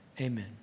Amen